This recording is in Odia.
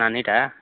ନାନୀଟା